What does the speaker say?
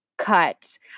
cut